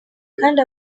kandi